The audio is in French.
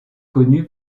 connu